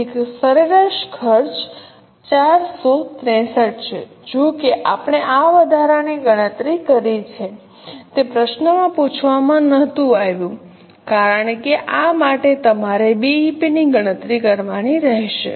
તેથી સરેરાશ ખર્ચ 463 છે જો કે આપણે આ વધારાની ગણતરી કરી છે તે પ્રશ્નમાં પૂછવામાં નહતું આવ્યું કારણ કે આ માટે તમારે બીઈપી ની ગણતરી કરવાની રહેશે